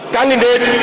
Candidate